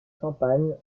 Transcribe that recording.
champagne